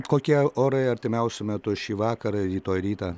kokie orai artimiausiu metu šį vakarą rytoj rytą